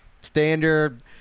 Standard